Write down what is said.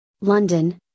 London